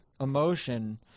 emotion